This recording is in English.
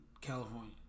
California